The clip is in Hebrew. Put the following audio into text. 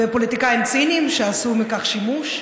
ופוליטיקאים ציניים שעשו בכך שימוש,